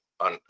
On